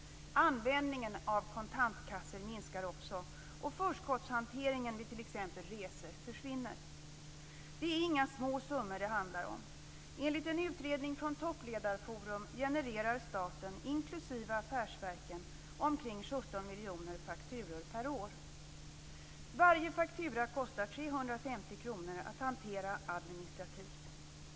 Användningen av kontantkassor minskar också, och förskottshanteringen vid t.ex. resor försvinner. Det är inga små summor det handlar om. Enligt en utredning från Toppledarforum genererar staten inklusive affärsverken omkring 17 miljoner fakturor per år. Varje faktura kostar 350 kr att hantera administrativt.